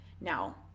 now